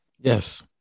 Yes